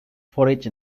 forage